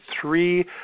three